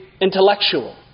intellectual